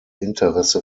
interesse